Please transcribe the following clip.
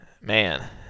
man